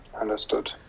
Understood